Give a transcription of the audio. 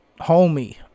homie